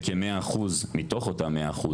וכ-100% מתוך אותם 100%,